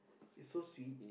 it's so sweet